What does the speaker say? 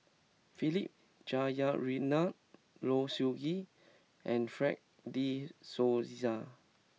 Philip Jeyaretnam Low Siew Nghee and Fred de Souza